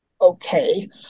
Okay